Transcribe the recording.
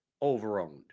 over-owned